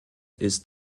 ist